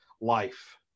life